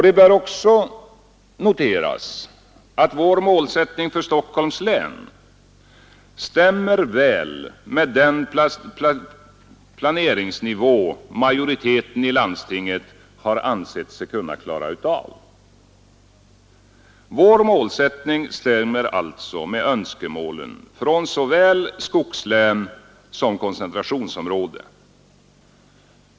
Det bör också noteras att vår målsättning för Stockholms län stämmer med den planeringsnivå majoriteten i landstinget har ansett sig kunna klara av. Vår målsättning stämmer alltså med önskemålen från såväl skogslän som koncentrationsområde.